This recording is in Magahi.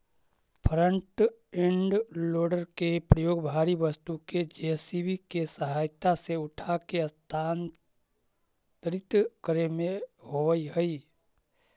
फ्रन्ट इंड लोडर के प्रयोग भारी वस्तु के जे.सी.बी के सहायता से उठाके स्थानांतरित करे में होवऽ हई